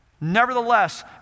nevertheless